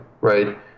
right